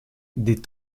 des